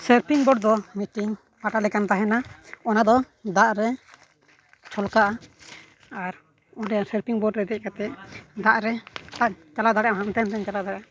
surfing boat ᱫᱚ ᱢᱤᱫᱴᱤᱱ ᱯᱟᱴᱟ ᱞᱮᱠᱟᱱ ᱛᱟᱦᱮᱱᱟ ᱚᱱᱟ ᱫᱚ ᱫᱟᱜ ᱨᱮ ᱪᱷᱚᱞᱠᱟᱜᱼᱟ ᱟᱨ ᱚᱸᱰᱮ ᱥᱟᱨᱯᱷᱤᱝ ᱵᱳᱴ ᱨᱮ ᱫᱮᱡᱽ ᱠᱟᱛᱮᱫ ᱫᱟᱜ ᱨᱮ ᱪᱟᱞᱟᱣ ᱫᱟᱲᱮᱭᱟᱜᱼᱟᱢ ᱦᱟᱱᱛᱮ ᱱᱟᱛᱮᱢ ᱪᱟᱞᱟᱣ ᱫᱟᱲᱮᱭᱟᱜᱼᱟ